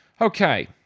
Okay